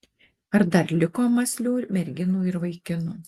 ar dar liko mąslių merginų ir vaikinų